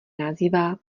nazývá